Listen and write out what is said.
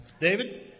David